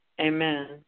amen